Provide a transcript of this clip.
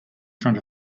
front